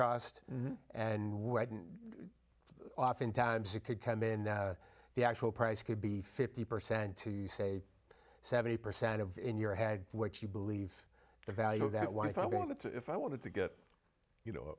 cost and oftentimes it could come in the actual price could be fifty percent to say seventy percent of your head what you believe the value of that one if i wanted to if i wanted to get you know